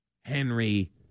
Henry